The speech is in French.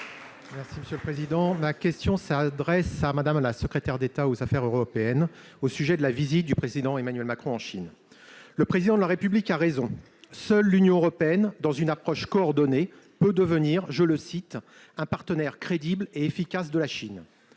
Union Centriste. Ma question s'adresse à Mme la secrétaire d'État chargée des affaires européennes et concerne la visite du Président Emmanuel Macron en Chine. Le Président de la République a raison : seule l'Union européenne, dans une approche coordonnée, peut devenir « un partenaire crédible et efficace » de la Chine.